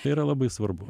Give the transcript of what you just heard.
tai yra labai svarbu